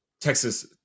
texas